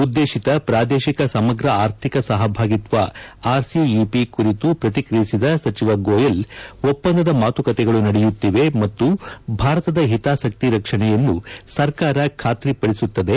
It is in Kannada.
ಉದ್ದೇಶಿತ ಪ್ರಾದೇಶಿಕ ಸಮಗ್ರ ಆರ್ಥಿಕ ಸಹಭಾಗಿತ್ವ ಆರ್ಸಿಇಪಿ ಕುರಿತು ಪ್ರತಿಕ್ರಿಯಿಸಿದ ಸಚಿವ ಗೋಯಲ್ ಒಪ್ಪಂದದ ಮಾತುಕತೆಗಳು ನಡೆಯುತ್ತಿವೆ ಮತ್ತು ಭಾರತದ ಹಿತಾಸಕ್ತಿ ರಕ್ಷಣೆಯನ್ನು ಸರ್ಕಾರ ಖಾತ್ರಿಪಡಿಸುತ್ತದೆ